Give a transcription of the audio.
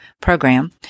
program